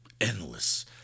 endless